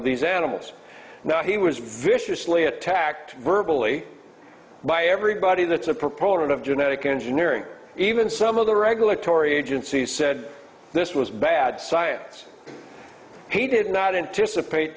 of these animals now he was viciously attacked virtually by everybody that's a proponent of genetic engineering even some of the regulatory agencies said this was bad science he did not anticipate